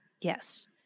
yes